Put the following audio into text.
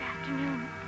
afternoon